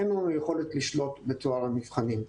אין לנו יכולת לשלוט בטוהר המבחנים.